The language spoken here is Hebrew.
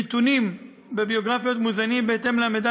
נתונים בביוגרפיות מוזנים בהתאם למידע